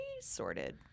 sorted